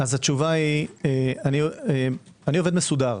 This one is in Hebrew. אני עובד מסודר.